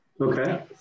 okay